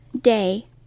day